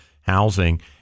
housing